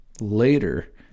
later